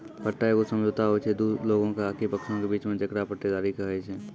पट्टा एगो समझौता होय छै दु लोगो आकि पक्षों के बीचो मे जेकरा पट्टेदारी कही छै